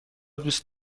دوست